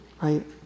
Right